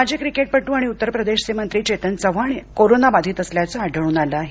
माजी क्रिकेटपट्र आणि उत्तर प्रदेशचे मंत्री चेतन चव्हाणही कोरोना बाधित असल्याचं आढळून आलं आहे